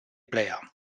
player